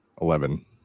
Eleven